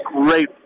great